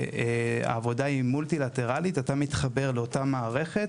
שהעבודה היא מולטילטרלית: אתה מתחבר לאותה מערכת,